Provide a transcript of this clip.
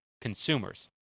consumers